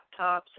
laptops